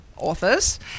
authors